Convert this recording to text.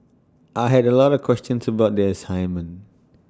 I had A lot of questions about the assignment